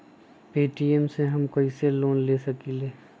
Paytm से हम कईसे लोन ले सकीले?